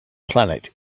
planet